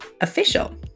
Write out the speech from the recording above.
Official